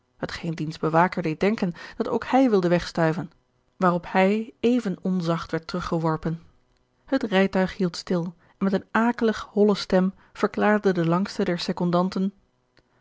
hetgeen diens bewaker deed denken dat ook hij wilde wegstuiven waarop hij even onzacht werd teruggeworpen het rijtuig hield stil en met eene akelig holle stem verklaarde de langste der secondanten